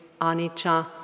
Anicca